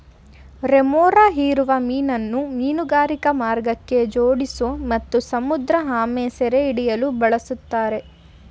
remora ಹೀರುವ ಮೀನನ್ನು ಮೀನುಗಾರಿಕಾ ಮಾರ್ಗಕ್ಕೆ ಜೋಡಿಸೋ ಮತ್ತು ಸಮುದ್ರಆಮೆ ಸೆರೆಹಿಡಿಯಲು ಬಳುಸ್ತಾರೆ